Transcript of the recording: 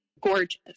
gorgeous